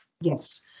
Yes